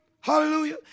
Hallelujah